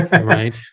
Right